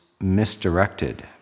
misdirected